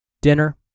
dinner